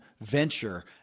venture